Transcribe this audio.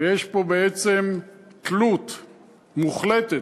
ויש פה בעצם תלות מוחלטת,